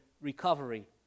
recovery